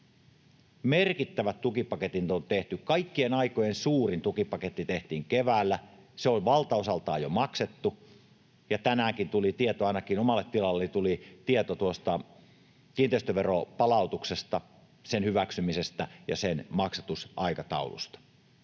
Merkittävät tukipaketit on tehty. Kaikkien aikojen suurin tukipaketti tehtiin keväällä. Se on valtaosaltaan jo maksettu, ja tänäänkin tuli tieto — ainakin omalle tilalleni — tuosta kiinteistöveron palautuksesta, sen hyväksymisestä ja sen maksatusaikataulusta.